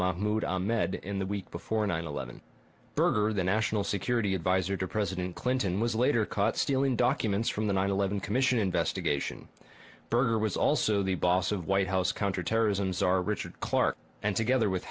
mahmoud med in the week before nine eleven berger the national security adviser to president clinton was later caught stealing documents from the nine eleven commission investigation berger was also the boss of white house counterterrorism czar richard clarke and together with